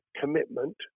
commitment